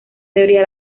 teoría